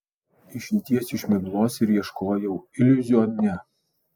išeities iš miglos ir ieškojau iliuzione